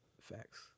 Facts